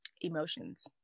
emotions